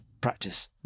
practice